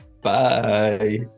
bye